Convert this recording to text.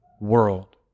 world